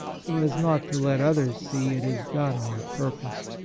so as not to let others see it is done on purpose.